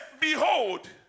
Behold